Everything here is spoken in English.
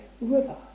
river